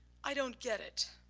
i don't get it.